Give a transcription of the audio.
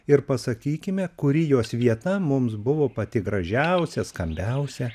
ir pasakykime kuri jos vieta mums buvo pati gražiausia skambiausia